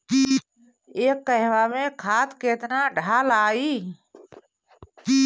एक कहवा मे खाद केतना ढालाई?